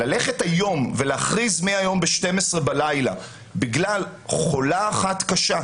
ללכת היום ולהכריז מהיום ב-12:00 בלילה בגלל חולה קשה אחת,